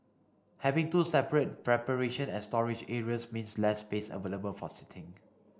having two separate preparation and storage areas means less space available for seating